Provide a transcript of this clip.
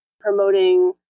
promoting